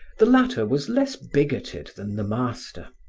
the latter was less bigoted than the master,